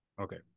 Okay